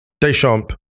Deschamps